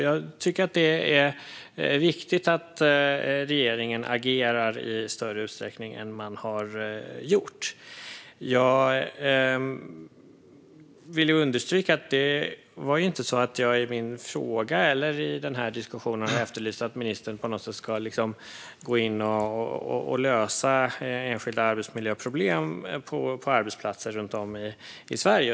Jag tycker att det är viktigt att regeringen agerar i större utsträckning än man har gjort. Jag vill understryka att jag inte i min fråga eller i diskussionen har efterlyst att ministern på något vis ska gå in och lösa enskilda arbetsmiljöproblem på arbetsplatser runt om i Sverige.